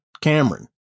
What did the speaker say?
Cameron